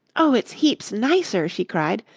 oh, it's heaps nicer, she cried,